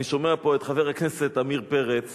אני שומע פה את חבר הכנסת עמיר פרץ